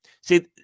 see